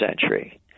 century